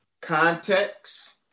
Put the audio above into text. context